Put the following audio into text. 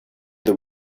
the